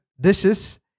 dishes